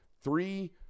three